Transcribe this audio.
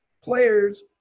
players